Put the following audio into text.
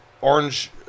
orange